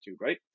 right